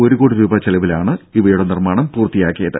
ഒരു കോടി രൂപ ചെലവിലാണ് ഇവയുടെ നിർമ്മാണം പൂർത്തിയാക്കിയത്